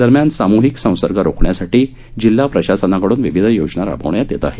दरम्यान सामुहिक संसर्ग रोखण्यासाठी जिल्हा प्रशासनाकडून विविध उपाय योजना राबवण्यात येत आहेत